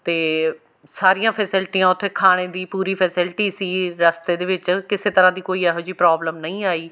ਅਤੇ ਸਾਰੀਆਂ ਫੈਸਿਲਿਟੀਆਂ ਉੱਥੇ ਖਾਣੇ ਦੀ ਪੂਰੀ ਫੈਸਿਲਿਟੀ ਸੀ ਰਸਤੇ ਦੇ ਵਿੱਚ ਕਿਸੇ ਤਰ੍ਹਾਂ ਦੀ ਕੋਈ ਇਹੋ ਜਿਹੀ ਪ੍ਰੋਬਲਮ ਨਹੀਂ ਆਈ